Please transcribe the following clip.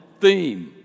theme